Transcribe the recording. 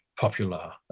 popular